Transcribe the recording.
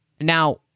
now